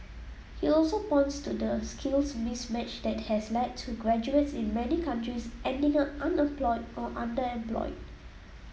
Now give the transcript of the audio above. he also points to the skills mismatch that has led to graduates in many countries ending up unemployed or underemployed